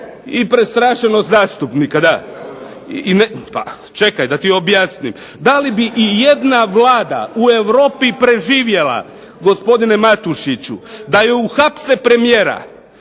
i prestrašenost zastupnika, da. čekaj da ti objasnim. Da li bi ijedna vlada u Europi preživjela gospodine Matušiću da joj uhapse premijera,